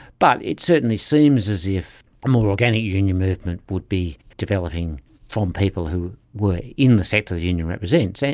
but it certainly seems as if a more organic union movement would be developing from people who were in the sector the union represents, and